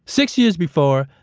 six years before,